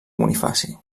bonifaci